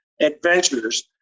Adventures